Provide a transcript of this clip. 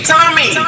Tommy